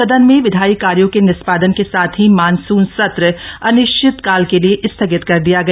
सदन में विधायी कार्यो के निष्पादन के साथ ही मॉनसून सत्र अनिश्चितकाल के लिए स्थगित कर दिया गया